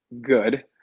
good